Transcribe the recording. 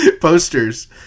posters